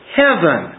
heaven